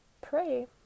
pray